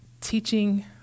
teaching